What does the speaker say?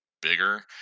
bigger